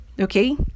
Okay